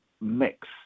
mix